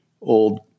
old